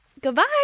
Goodbye